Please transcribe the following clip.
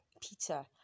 Peter